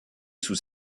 sous